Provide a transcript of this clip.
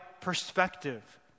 perspective